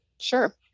Sure